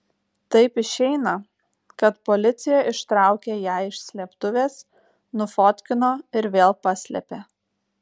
taip išeina kad policija ištraukė ją iš slėptuvės nufotkino ir vėl paslėpė